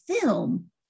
film